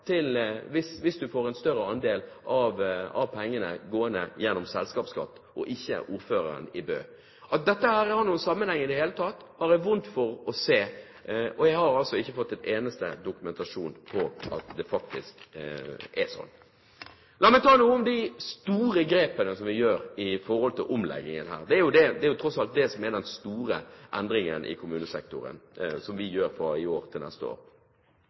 hvis en fikk en større andel av pengene gjennom selskapsskatt, og ikke ordføreren i Bø. At dette har noen sammenheng i det hele tatt, har jeg vondt for å se. Og jeg har altså ikke fått en eneste dokumentasjon på at det faktisk er sånn. La meg ta noe om de store grepene vi gjør i forhold til omleggingen. Det er tross alt det som er den store endringen i kommunesektoren som vi gjør fra i år til neste år.